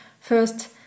First